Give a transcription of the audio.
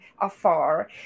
afar